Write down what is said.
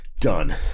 Done